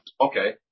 okay